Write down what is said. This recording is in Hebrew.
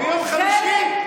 מיום חמישי?